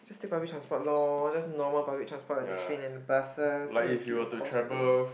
its still public transport lor just normal public transport just train and buses need to keep your cost low